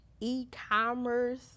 e-commerce